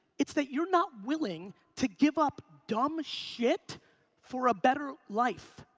it's that you're not willing to give up dumb shit for a better life.